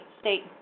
state